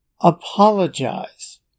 apologize